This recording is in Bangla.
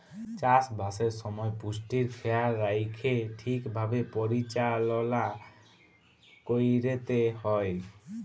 চাষবাসের সময় পুষ্টির খেয়াল রাইখ্যে ঠিকভাবে পরিচাললা ক্যইরতে হ্যয়